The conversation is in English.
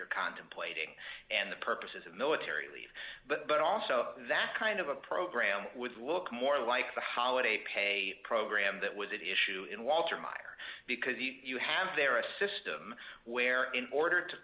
you're contemplating and the purposes of military leave but also that kind of a program would look more like the holiday pay program that was that issue in walter meyer because you have there a system where in order to